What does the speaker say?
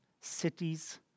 cities